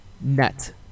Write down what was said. Net